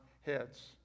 heads